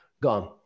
gone